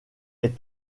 est